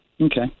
Okay